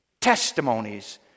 testimonies